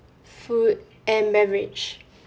food and beverage